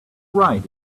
right